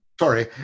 Sorry